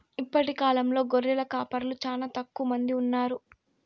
ఇప్పటి కాలంలో గొర్రెల కాపరులు చానా తక్కువ మంది ఉన్నారు